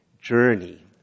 journey